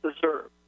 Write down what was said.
deserve